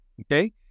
Okay